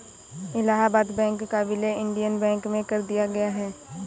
Allahabad Bank का विलय Indian Bank में कर दिया गया है